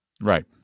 Right